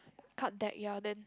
cut deck ya then